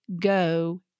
go